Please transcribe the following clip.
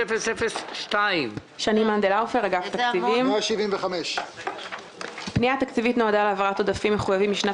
43-002. הפנייה התקציבית נועדה להעברת עודפים מחויבים משנת